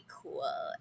cool